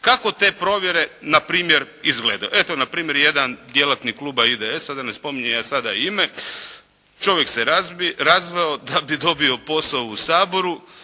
Kako te provjere npr. izgledaju? Eto npr. jedan djelatnik kluba IDS-a da ne spominjem ja sada ime, čovjek se razveo da bi dobio posao u Saboru